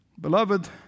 Beloved